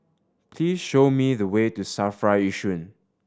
please show me the way to SAFRA Yishun